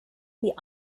die